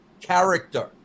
character